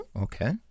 Okay